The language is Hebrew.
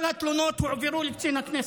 כל התלונות הועברו לקצין הכנסת.